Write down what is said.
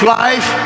life